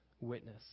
witness